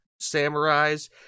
samurais